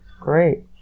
Great